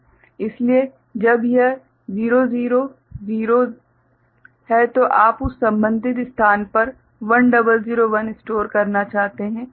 इसलिए जब यह 000 है तो आप उस संबंधित स्थान पर 1001 स्टोर करना चाहते हैं